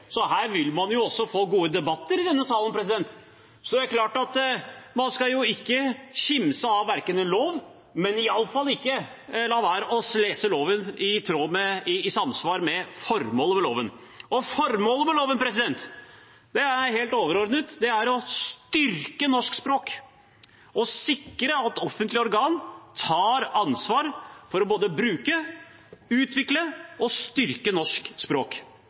så man også vil få gode debatter her i salen. Det er klart at man ikke skal kimse av en lov, men iallfall ikke la være å lese loven i samsvar med formålet med loven. Formålet med loven er helt overordnet. Det er å styrke norsk språk og sikre at offentlige organ tar ansvar for både å bruke, utvikle og styrke norsk språk